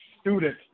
student